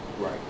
Right